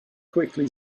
quickly